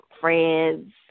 friends